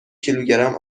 کیلوگرم